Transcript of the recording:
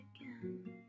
again